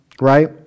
right